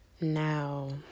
Now